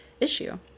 issue